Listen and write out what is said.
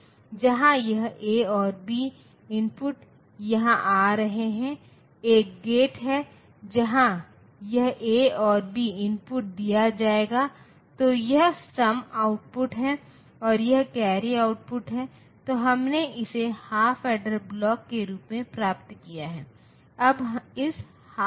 इसलिए हम 0 से 15 तक जा सकते हैं लेकिन यदि आप दोनों सकारात्मक और नकारात्मक संख्या का प्रतिनिधित्व कर रहे हैं फिर आप जा सकते हैं 23 1 to 23 1 1 इसलिए बाकी संख्याओं को n के बिट में 2's कॉम्प्लीमेंट नंबर सिस्टम का उपयोग करके नहीं दिखाया जा सकता है